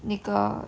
那个